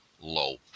low